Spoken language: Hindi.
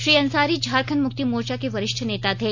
श्री अंसारी झारखंड मुक्ति मोर्चा के वरिष्ठ नेता थे